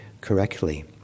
correctly